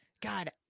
god